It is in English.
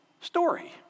story